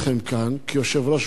כיושב-ראש ועדת הפנים לשעבר,